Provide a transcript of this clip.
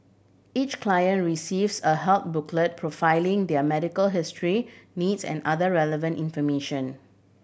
each client receives a health booklet profiling their medical history needs and other relevant information